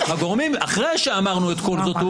אחרי שאמרנו את כל זאת,